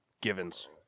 givens